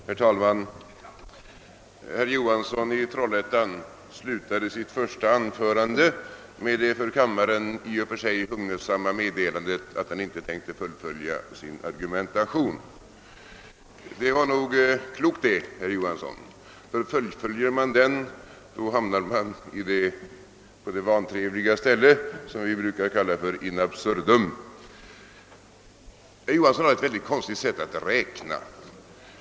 Herr talman! Herr Johansson i Trollhättan avslutade sitt första anförande med det för kammaren i och för sig hugnesamma meddelandet att han inte tänkte fullfölja sin argumentation. Det var nog klokt, herr Johansson. Om man skulle göra det, råkar man nämligen ut för det otrevliga att tvingas driva saken in absurdum. Herr Johansson i Trollhättan har ett väldigt konstigt sätt att räkna.